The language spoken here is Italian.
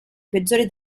peggiori